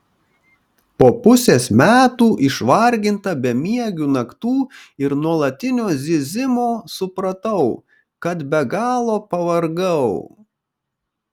po pusės metų išvarginta bemiegių naktų ir nuolatinio zyzimo supratau kad be galo pavargau